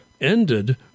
ended